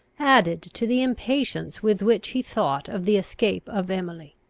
added to the impatience with which he thought of the escape of emily.